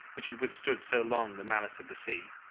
which had withstood so long the malice of the sea.